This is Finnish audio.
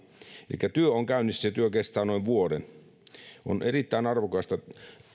elikkä työ on käynnissä ja työ kestää noin vuoden on erittäin arvokasta